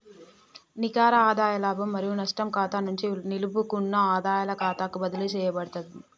నికర ఆదాయ లాభం మరియు నష్టం ఖాతా నుండి నిలుపుకున్న ఆదాయాల ఖాతాకు బదిలీ చేయబడతాంది